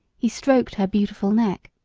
he stroked her beautiful neck.